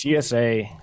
TSA